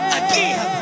again